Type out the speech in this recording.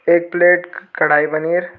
एक प्लेट कढ़ाई पनीर